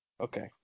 Okay